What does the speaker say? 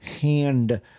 hand